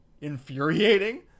infuriating